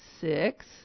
six